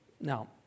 Now